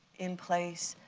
in place,